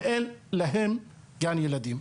ואין להם גן ילדים.